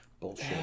Bullshit